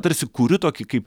tarsi kuriu tokį kaip